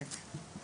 שנפתחו.